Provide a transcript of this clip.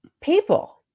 people